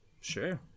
Sure